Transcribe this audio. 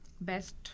best